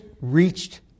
reached